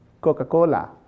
Coca-Cola